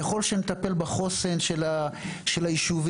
ככל שנטפל בחוסן של היישובים,